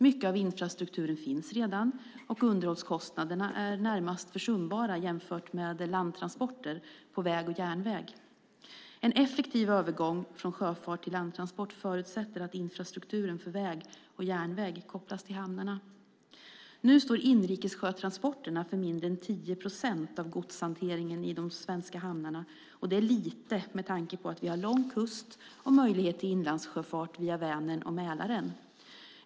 Mycket av infrastrukturen finns redan, och underhållskostnaderna är närmast försumbara jämfört med landtransporter på väg och järnväg. En effektiv övergång från sjöfart till landtransport förutsätter att infrastrukturen för väg och järnväg kopplas till hamnarna. Nu står inlandsjötransporterna för mindre än 10 procent av godshanteringen i de svenska hamnarna, och det är lite med tanke på att vi har lång kust och möjlighet till inlandsjöfart via Vänern och Mälaren.